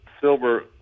silver